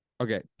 Okay